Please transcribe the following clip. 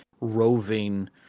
roving